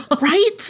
Right